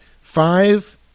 Five